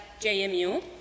JMU